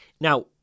now